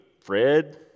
Fred